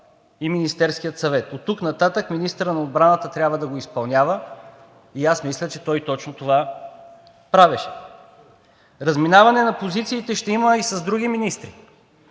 и Министерския съвет. Оттук нататък министърът на отбраната трябва да го изпълнява и аз мисля, че той точно това правеше. Разминаване на позициите ще има и с други министри,